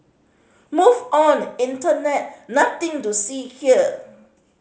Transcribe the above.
move on internet nothing to see here